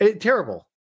terrible